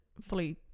fully